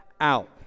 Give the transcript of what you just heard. out